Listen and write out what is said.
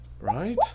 Right